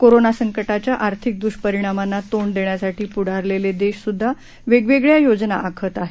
corona संकटाच्या आर्थिक दृष्परिणामाना तोंड देण्यासाठी पुढारलेले देशसुद्धा वेगवेगळ्या योजना आखत आहेत